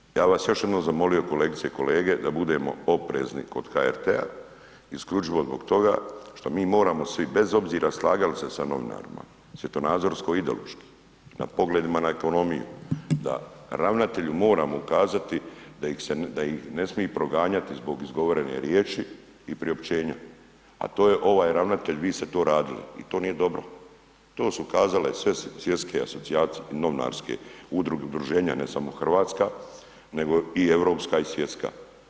Javni interes, ja bi vas još jednom zamolio kolegice i kolege, da bude oprezni kod HRT-a, isključivo zbog toga što mi moramo svi, bez obzira slagali se sa novinarima, svjetonazorsko i ideološki, na pogledima na ekonomiju, da ravnatelju moramo ukazati da ih ne smiju proganjati zbog izgovorene riječi i priopćenja a to je ovaj ravnatelj, vi ste to radili i to nije dobro, to su ukazale sve svjetske asocijacije novinarske, udruge, udruženja ne samo hrvatska, nego i europska i svjetska.